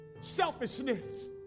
selfishness